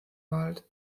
wald